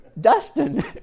Dustin